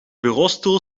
bureaustoel